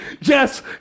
Yes